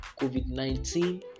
COVID-19